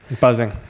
Buzzing